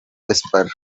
whisper